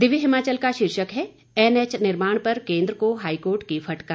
दिव्य हिमाचल का शीर्षक है एनएच निर्माण पर केंद्र को हाईकोर्ट की फटकार